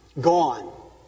gone